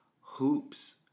hoops